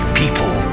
people